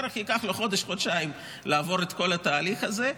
ייקחו לו בערך חודש-חודשיים לעבור את כל התהליך הזה,